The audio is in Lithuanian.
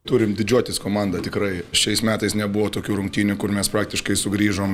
turim didžiuotis komanda tikrai šiais metais nebuvo tokių rungtynių kur mes praktiškai sugrįžom